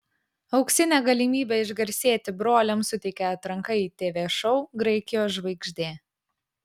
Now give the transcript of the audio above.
auksinę galimybę išgarsėti broliams suteikia atranka į tv šou graikijos žvaigždė